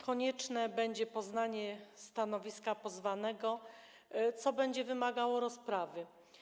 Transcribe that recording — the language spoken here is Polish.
Konieczne będzie poznanie stanowiska pozwanego, co będzie wymagało rozprawy.